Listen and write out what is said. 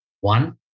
one